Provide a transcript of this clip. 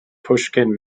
pushkin